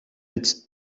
its